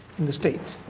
in the state.